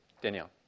Danielle